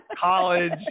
College